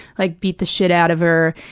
like, beat the shit out of her.